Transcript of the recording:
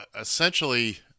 Essentially